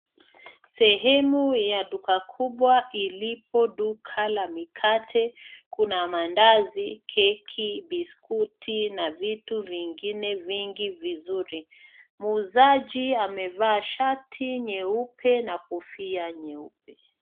Sehemu ya duka kubwa ilipo duka la mikate. Kuna mandazi, keki, biskuti na vitu vingine vingi vizuri. Muuzaji amevaa shati nyeupe na kofia nyeupe.